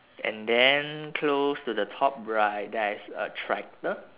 and then close to the top right there is a tractor